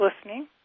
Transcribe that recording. listening